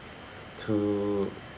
to